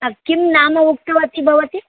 तत् किं नाम उक्तवती भवती